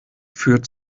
führt